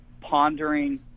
pondering